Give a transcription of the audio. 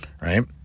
right